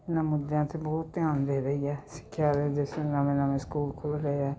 ਇਹਨਾਂ ਮੁੱਦਿਆਂ 'ਤੇ ਬਹੁਤ ਧਿਆਨ ਦੇ ਰਹੀ ਹੈ ਸਿੱਖਿਆ ਦੇ ਨਵੇਂ ਨਵੇਂ ਸਕੂਲ ਖੁੱਲ੍ਹ ਰਹੇ ਹੈ